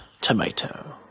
tomato